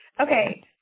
Okay